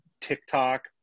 TikTok